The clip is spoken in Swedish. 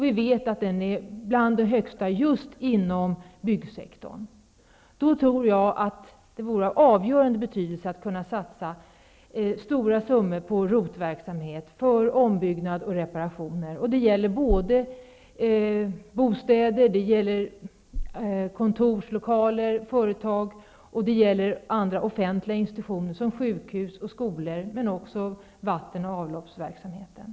Vi vet att den är som högst inom just byggsektorn. Jag tror att det vore av avgörande betydelse att kunna satsa stora summor på ROT-verksamhet för ombyggnad och reparationer. Det gäller bostäder, kontorslokaler, företag och offentliga institutioner som sjukhus och skolor men också vatten och avloppsverksamheten.